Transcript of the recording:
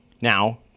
now